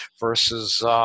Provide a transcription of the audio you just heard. versus –